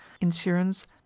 insurance